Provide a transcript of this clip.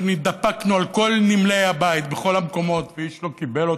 כשהידפקנו על כל נמלי הבית בכל המקומות ואיש לא קיבל אותנו,